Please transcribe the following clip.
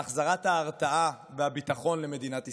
על החזרת ההרתעה והביטחון למדינת ישראל.